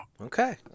okay